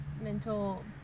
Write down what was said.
mental